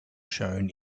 shown